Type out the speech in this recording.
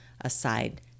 aside